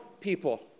people